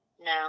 No